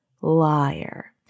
Liar